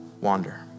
wander